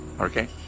okay